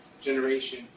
generation